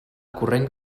corrent